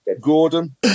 Gordon